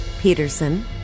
Peterson